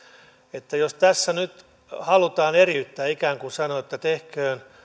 että jos tässä nyt halutaan eriyttää ikään kuin sanotaan että tehkööt